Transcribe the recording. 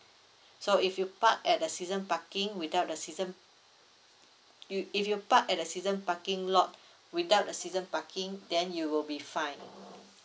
so if you park at the season parking without the season you if you park at the season parking lot without the season parking then you will be fined